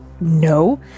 no